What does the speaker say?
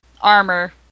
armor